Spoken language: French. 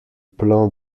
plan